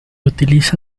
utiliza